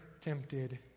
tempted